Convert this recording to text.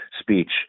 speech